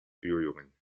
buurjongen